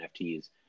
nfts